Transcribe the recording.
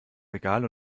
regal